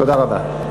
תודה רבה.